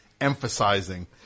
emphasizing